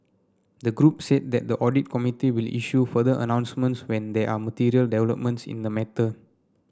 the group said that the audit committee will issue further announcements when there are material developments in the matter